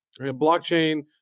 blockchain